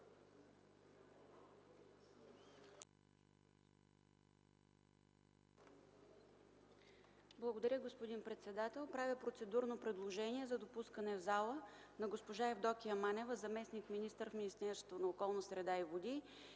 Благодаря, господин председател. Правя процедурно предложение за допускане в залата на госпожа Евдокия Манева – заместник-министър на околната среда и водите,